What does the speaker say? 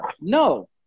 No